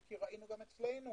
אם כי ראינו גם אצלנו